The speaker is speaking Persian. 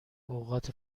اوقات